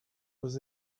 was